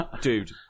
Dude